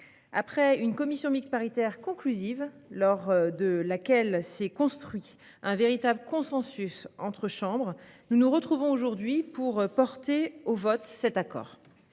Après une commission mixte paritaire conclusive, lors de laquelle s'est construit un véritable consensus entre les chambres, nous nous retrouvons aujourd'hui pour soumettre au vote cet accord.